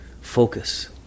focus